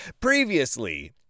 Previously